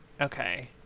okay